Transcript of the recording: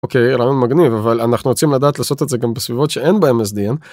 אוקיי רעיון מגניב אבל אנחנו רוצים לדעת לעשות את זה גם בסביבות שאין במסדים.